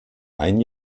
ein